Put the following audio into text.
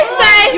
say